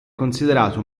considerato